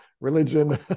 religion